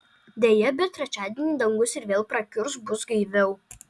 deja bet trečiadienį dangus ir vėl prakiurs bus gaiviau